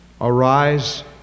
Arise